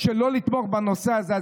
לא לתמוך בנושא הזה,